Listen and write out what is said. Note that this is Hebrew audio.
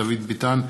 דוד ביטן,